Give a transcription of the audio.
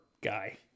guy